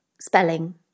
spelling